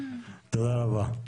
תודה רבה.